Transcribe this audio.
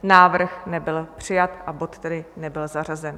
Návrh nebyl přijat, a bod tedy nebyl zařazen.